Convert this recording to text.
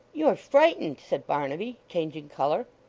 you are frightened said barnaby, changing colour.